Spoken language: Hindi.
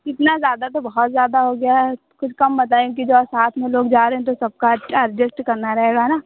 इतना ज़्यादा तो बहुत ज़्यादा हो गया है कुछ कम बताएं कि जो साथ में लोग जा रहे हैं तो सबका एडजेस्ट करना रहेगा ना